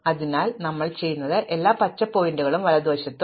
അതിനാൽ ഞങ്ങൾ ചെയ്യുന്നത് എല്ലാം പച്ച പോയിന്ററിന്റെ വലതുവശത്താണ്